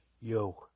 Yo